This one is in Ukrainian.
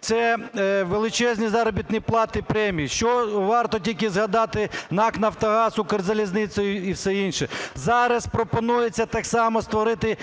Це величезні заробітні плати і премії. Що варто тільки згадати НАК "Нафтогаз", "Укрзалізницю" і все інше. Зараз пропонується так само створити